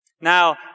Now